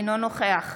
אינו נוכח